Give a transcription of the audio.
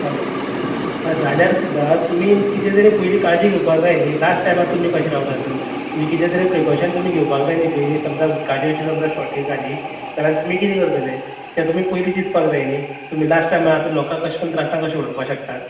हय हय जाल्यार सुद्दां तुमी कितें तरी पयलीं काळजी घेवपाक जाय न्ही लास्ट टायमार तुमी कशें रावतात कितें तरी प्रिकाॅशन तुमी घेवपाक जाय न्ही पयलीं समजा उदकाची अशी समजा शाॅर्टेज जाली जाल्यार तुमी कितें करतले तें तुमी पयलीं चिंतपाक जाय न्ही तुमी लास्ट टायमाक आतां लोकांक कशें करून त्रासांत कशें उडोवपाक शकतात